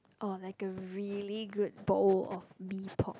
or like a really good bowl of Mee-Pok